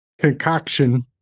concoction